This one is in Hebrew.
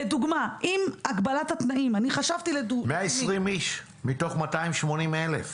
120 איש מתוך 280 אלף.